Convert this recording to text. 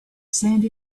sand